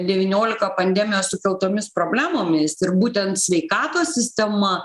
devyniolika pandemijos sukeltomis problemomis ir būtent sveikatos sistema